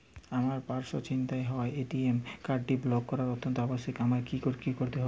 আমার পার্স ছিনতাই হওয়ায় এ.টি.এম কার্ডটি ব্লক করা অত্যন্ত আবশ্যিক আমায় কী কী করতে হবে?